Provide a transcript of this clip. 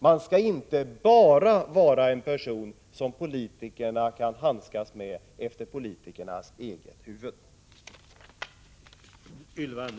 Man skall inte bara vara en person som politikerna kan handskas med efter sitt eget huvud.